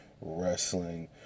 wrestling